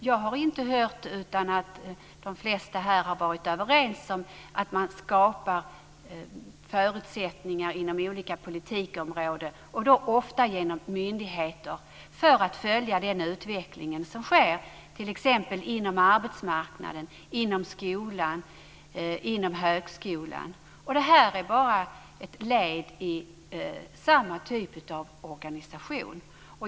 Jag har inte hört annat än att de flesta här har varit överens om att man skapar förutsättningar inom olika politikområden, och då ofta genom myndigheter, för att följa den utveckling som sker t.ex. inom arbetsmarknaden, inom skolan och inom högskolan. Det här är bara ett led i samma typ av organisation.